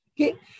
okay